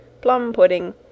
plum-pudding